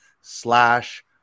slash